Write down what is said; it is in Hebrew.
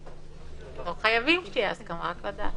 לא חייבים שתהיה הסכמה, רק לדעת.